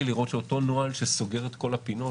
לראות שאותו נוהל שסוגר את כל הפינות,